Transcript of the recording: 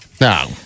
now